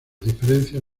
diferencias